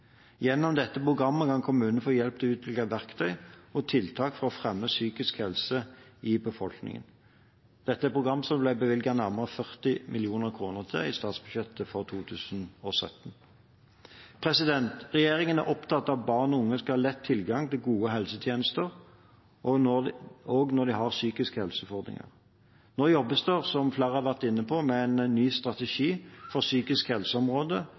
Gjennom dette programmet kan kommunene få hjelp til å utvikle verktøy og tiltak for å fremme psykisk helse i befolkningen. Dette er et program som det ble bevilget nærmere 40 mill. kr til i statsbudsjettet for 2017. Regjeringen er opptatt av at barn og unge skal ha lett tilgang til gode helsetjenester, også når de har psykisk helseutfordringer. Nå jobbes det – som flere har vært inne på – med en ny strategi for psykisk helseområdet,